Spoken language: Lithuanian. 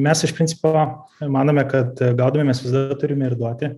mes iš principo manome kad gaudami mes visada turime ir duoti